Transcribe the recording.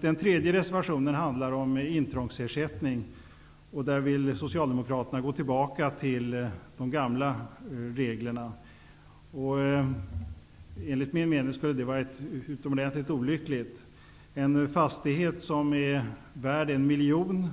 Den tredje reservationen handlar om intrångsersättning. Socialdemokraterna vill gå tillbaka till de tidigare reglerna, vilket enligt min mening skulle vara mycket olyckligt. En fastighet som är värd 1 miljon